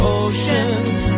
oceans